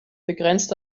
begrenzt